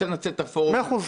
בסדר.